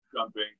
Jumping